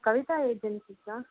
Kavitha ஏஜென்சிக்கா